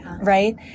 right